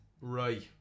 Right